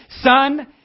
Son